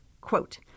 Quote